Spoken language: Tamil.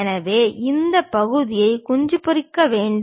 எனவே இந்த பகுதியை குஞ்சு பொரிக்க வேண்டும்